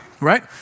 right